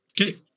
Okay